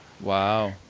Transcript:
Wow